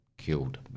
Killed